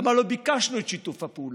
למה לא ביקשנו את שיתוף הפעולה?